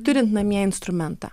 turint namie instrumentą